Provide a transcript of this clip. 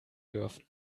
dürfen